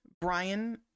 Brian